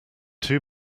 two